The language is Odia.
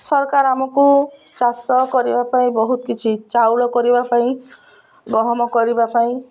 ସରକାର ଆମକୁ ଚାଷ କରିବା ପାଇଁ ବହୁତ କିଛି ଚାଉଳ କରିବା ପାଇଁ ଗହମ କରିବା ପାଇଁ